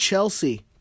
Chelsea